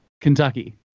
Kentucky